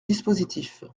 dispositif